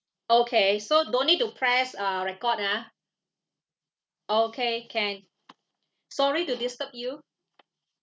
okay so don't need to press uh record ah okay can sorry to disturb you